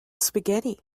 spaghetti